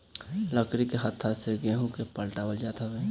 लकड़ी के हत्था से गेंहू के पटावल जात हवे